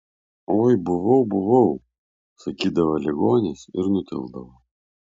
oi buvau buvau sakydavo ligonis ir nutildavo